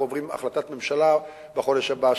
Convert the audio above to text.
אנחנו עוברים החלטת ממשלה בחודש הבא,